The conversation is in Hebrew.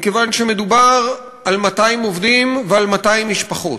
מכיוון שמדובר על 200 עובדים ועל 200 משפחות.